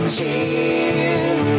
Cheers